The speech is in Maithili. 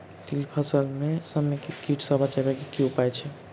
तिल फसल म समेकित कीट सँ बचाबै केँ की उपाय हय?